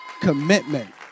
commitment